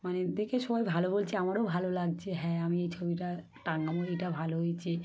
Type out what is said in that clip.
মানে দেখে সবাই ভালো বলছে আমারও ভালো লাগছে হ্যাঁ আমি এই ছবিটা টাঙাব এইটা ভালো হয়েছে